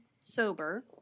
sober